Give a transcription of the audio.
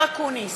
אופיר אקוניס,